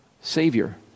Savior